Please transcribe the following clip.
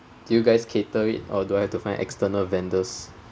do you guys cater it or do I have to find external vendors